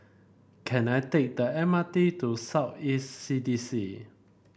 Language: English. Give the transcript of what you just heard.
can I take the M R T to South East C D C